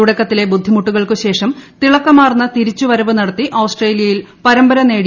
തുടക്കത്തിലെ ബുദ്ധിമുട്ടുകൾക്ക് ശേഷം തിളക്കമാർന്ന തിരിച്ചു വരവ് നടത്തി ആസ്ട്രേലിയയിൽ പരമ്പര നേടി